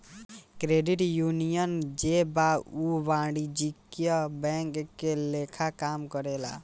credit union जे बा उ वाणिज्यिक बैंक के लेखा काम करेला